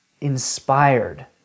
inspired